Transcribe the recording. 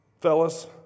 fellas